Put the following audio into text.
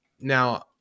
Now